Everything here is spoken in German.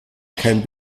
kein